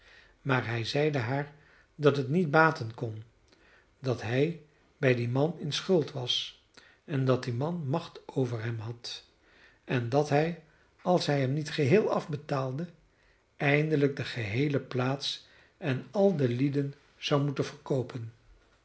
maar hij zeide haar dat het niet baten kon dat hij bij dien man in schuld was en dat die man macht over hem had en dat hij als hij hem niet geheel afbetaalde eindelijk de geheele plaats en al de lieden zou moeten verkoopen